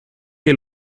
que